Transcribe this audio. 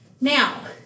now